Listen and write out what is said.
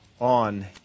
on